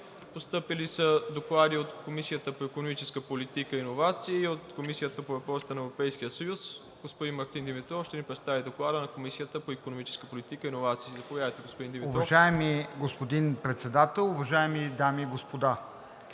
Постъпили са доклади от Комисията по икономическа политика и иновации, от Комисията по въпросите на Европейския съюз. Господин Мартин Димитров ще представи Доклада на Комисията по икономическа политика и иновации. ДОКЛАДЧИК МАРТИН ДИМИТРОВ: Уважаеми господин Председател, уважаеми дами и господа!